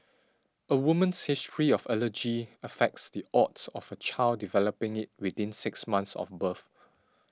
a woman's history of allergy affects the odds of her child developing it within six months of birth